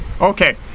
Okay